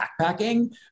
backpacking